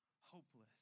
hopeless